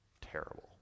terrible